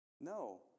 No